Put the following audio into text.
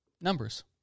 numbers